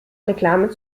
reklame